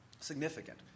significant